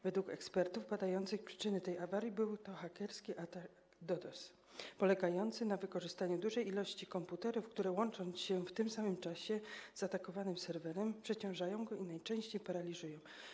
Według ekspertów badających przyczynę tej awarii był to hakerski atak DDoS polegający na wykorzystaniu dużej liczby komputerów, które łącząc się w tym samym czasie z zaatakowanym serwerem, przeciążają go i najczęściej paraliżują.